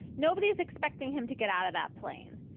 nobody is expecting him to get out of that plane.